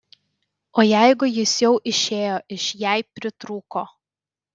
o jeigu jis jau išėjo iš jei pritrūko